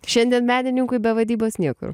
šiandien menininkui be vadybos niekur